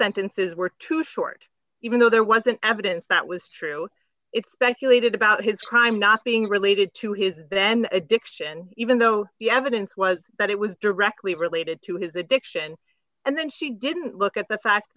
sentences were too short even though there was an absence that was true it's speculated about his crime not being related to his then addiction even though the evidence was that it was directly related to his addiction and then she didn't look at the fact